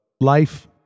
life